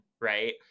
right